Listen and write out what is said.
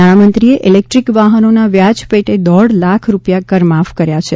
નાણામંત્રીએ ઇલેક્ટ્રીક વાહનોના વ્યાજ પેટે દોઢ લાખ રૂપિયા કરમાફ કર્યા છે